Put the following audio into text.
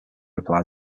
replied